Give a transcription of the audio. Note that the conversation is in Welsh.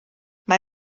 mae